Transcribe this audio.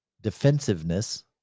defensiveness